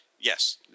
Yes